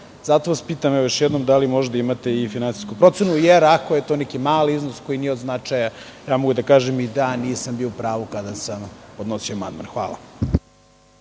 Zato vas pitam još jednom – da li možda imate i finansijsku procenu? Ako je to neki mali iznos koji nije od značaja, mogu da kažem i da nisam bio pravu kada sam podnosio amandman. Hvala.